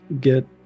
get